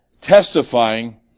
testifying